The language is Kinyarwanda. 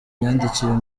myandikire